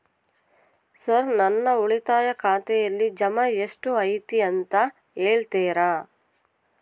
Sir ನನ್ನ ಉಳಿತಾಯ ಖಾತೆಯಲ್ಲಿ ಜಮಾ ಎಷ್ಟು ಐತಿ ಅಂತ ಹೇಳ್ತೇರಾ?